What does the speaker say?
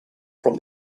from